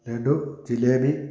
laddu jalebi